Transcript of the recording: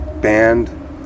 band